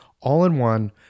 all-in-one